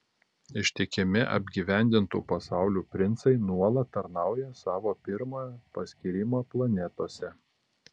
ištikimi apgyvendintų pasaulių princai nuolat tarnauja savo pirmojo paskyrimo planetose